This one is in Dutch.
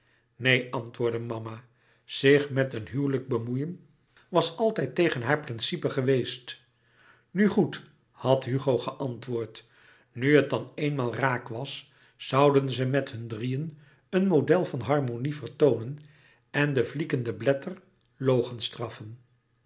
neen antwoordde mama zich met een huwelijk bemoeien was altijd tegen haar principe geweest nu goed had hugo geantwoord nu het dan eenmaal raak was zouden ze met hun drieën een model van harmonie vertoonen en de fliegende blätter